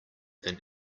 than